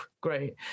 great